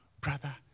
Brother